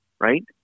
right